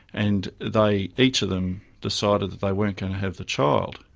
and they. each of them decided that they weren't going to have the child,